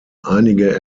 einige